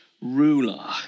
ruler